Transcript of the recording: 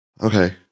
okay